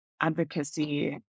advocacy